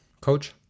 Coach